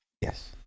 Yes